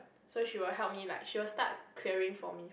so she will help me like she will start clearing for me